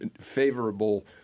favorable